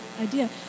idea